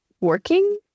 working